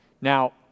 Now